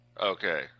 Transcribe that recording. Okay